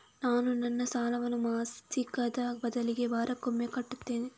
ನಾನು ನನ್ನ ಸಾಲವನ್ನು ಮಾಸಿಕದ ಬದಲಿಗೆ ವಾರಕ್ಕೊಮ್ಮೆ ಕಟ್ಟುತ್ತೇನೆ